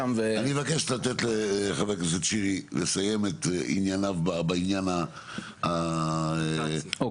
מבקש לתת לחבר הכנסת שירי לסיים את ענייניו בעניין הנת"צים.